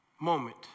moment